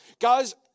Guys